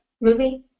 movie